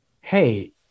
hey